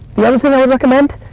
the other thing i'd recommend,